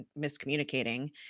miscommunicating